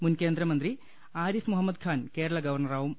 മുൻ കേന്ദ്രമന്ത്രി ആരിഫ് മുഹമ്മദ്ഖാൻ കേരള ഗവർണ്ണറാകും